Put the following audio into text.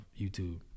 YouTube